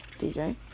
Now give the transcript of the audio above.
DJ